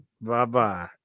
Bye-bye